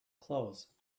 clothes